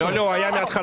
לא, הוא היה כאן מהתחלה.